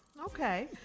Okay